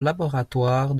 laboratoire